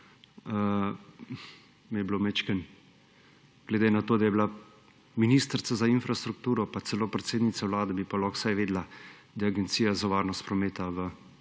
v Mariboru. Glede na to da je bila ministrica za infrastruktura pa celo predsednica vlade, bi pa lahko vsaj vedela, da je Agencija za varnost prometa v